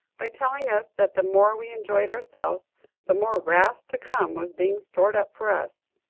by telling us that the more we enjoyed ourselves the more wrath to come was being stored up for us!